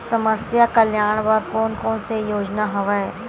समस्या कल्याण बर कोन कोन से योजना हवय?